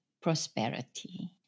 prosperity